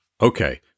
okay